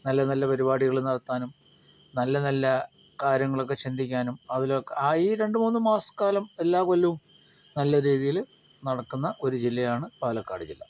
നല്ല നല്ല പരിപാടികൾ നടത്താനും നല്ല നല്ല കാര്യങ്ങളൊക്കെ ചിന്തിക്കാനും അതിലൊക്കെ ആ ഈ രണ്ട് മൂന്ന് മാസക്കാലം എല്ലാ കൊല്ലവും നല്ല രീതിയില് നടക്കുന്ന ഒരു ജില്ലയാണ് പാലക്കാട് ജില്ല